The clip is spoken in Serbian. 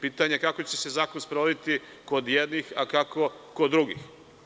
Pitanje je kako će se zakon sprovoditi kod jednih, a kako kod drugih?